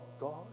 God